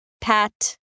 pat